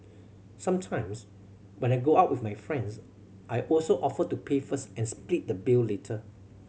sometimes when I go out with my friends I also offer to pay first and split the bill later